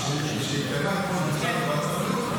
למרות שקופות החולים הביאו לנו את הפירוט.